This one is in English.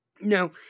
Now